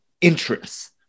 interests